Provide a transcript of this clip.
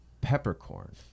peppercorn